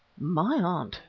my aunt!